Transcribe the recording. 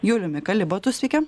juliumi kalibatu sveiki